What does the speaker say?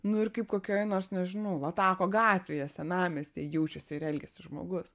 nu ir kaip kokioj nors nežinau latako gatvėje senamiestyje jaučiasi ir elgiasi žmogus